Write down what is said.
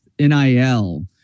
NIL